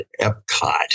Epcot